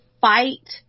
fight